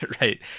right